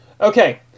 Okay